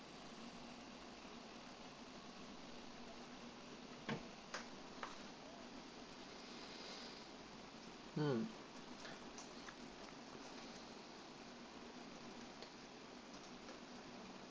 mm